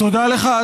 לך,